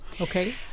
Okay